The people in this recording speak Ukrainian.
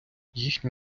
їхнє